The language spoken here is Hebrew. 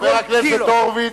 חבר הכנסת הורוביץ,